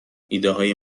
ایدههای